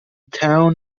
town